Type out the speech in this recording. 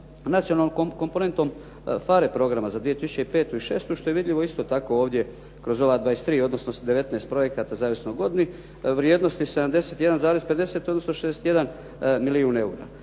nacionalnom komponentom PHARE programa za 2005. i 2006., što je vidljivo isto tako ovdje kroz ova 23, odnosno 19 projekata, zavisno o godini vrijednosti 71,50, odnosno 61 milijun eura.